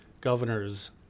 governor's